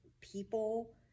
people